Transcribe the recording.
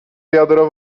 wiadro